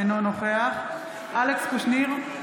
אינו נוכח אלכס קושניר,